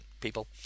people